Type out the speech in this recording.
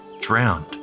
drowned